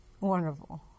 wonderful